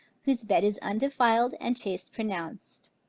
whose bed is undefiled and chaste pronounced.